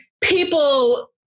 people